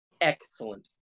excellent